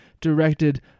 directed